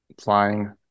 flying